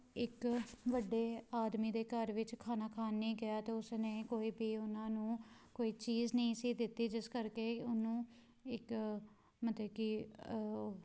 ਇੱਕ ਵੱਡੇ ਆਦਮੀ ਦੇ ਘਰ ਵਿੱਚ ਖਾਣਾ ਖਾਣ ਨਹੀਂ ਗਿਆ ਤਾਂ ਉਸ ਨੇ ਕੋਈ ਵੀ ਉਹਨਾਂ ਨੂੰ ਕੋਈ ਚੀਜ਼ ਨਹੀਂ ਸੀ ਦਿੱਤੀ ਜਿਸ ਕਰਕੇ ਉਹਨੂੰ ਇੱਕ ਮਤਲਬ ਕਿ